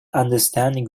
understanding